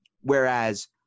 Whereas